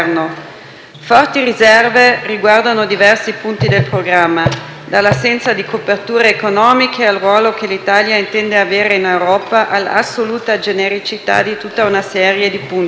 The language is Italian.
Forti riserve riguardano diversi punti del programma: dall'assenza di coperture economiche, al ruolo che l'Italia intende avere in Europa, all'assoluta genericità di tutta una serie di punti.